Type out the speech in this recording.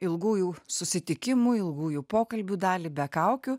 ilgųjų susitikimų ilgųjų pokalbių dalį be kaukių